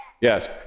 Yes